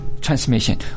transmission